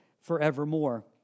forevermore